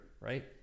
right